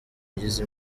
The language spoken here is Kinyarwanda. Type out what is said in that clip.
ngize